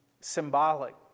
symbolic